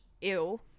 ew